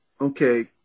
okay